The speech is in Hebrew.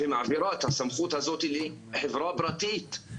ומעבירה את הסמכות הזאת לחברה פרטית.